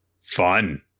Fun